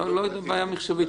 --- לא בעיה מחשובית.